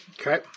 Okay